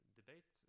debate